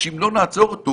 שאם לא נעצור אותו